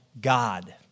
God